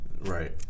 Right